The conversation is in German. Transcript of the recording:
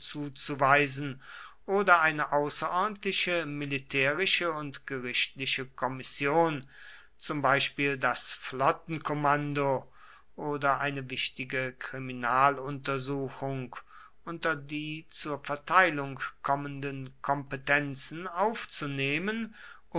zuzuweisen oder eine außerordentliche militärische und gerichtliche kommission zum beispiel das flottenkommando oder eine wichtige kriminaluntersuchung unter die zur verteilung kommenden kompetenzen aufzunehmen